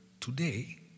Today